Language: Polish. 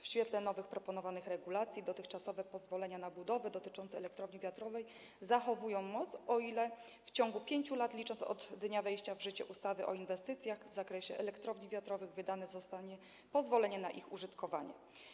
W świetle nowych, proponowanych regulacji dotychczasowe pozwolenia na budowę dotyczące elektrowni wiatrowej zachowują moc, o ile w ciągu 5 lat, licząc od dnia wejścia w życie ustawy o inwestycjach w zakresie elektrowni wiatrowych, zostanie wydane pozwolenie na ich użytkowanie.